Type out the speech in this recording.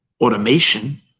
automation